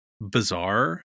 bizarre